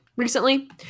recently